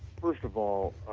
first of all, ah